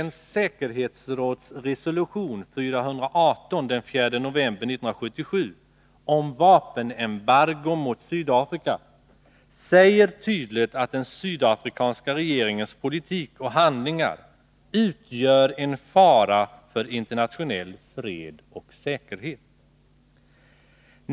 FN:s säkerhetsråds resolution 418 den 4 november 1977 om vapenembargo mot Sydafrika säger tydligt att den sydafrikanska regeringens politik och handlingar utgör en fara för internationell fred och säkerhet.